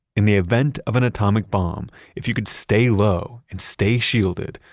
in the event of an atomic bomb, if you could stay low and stay shielded,